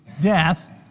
death